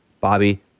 bobby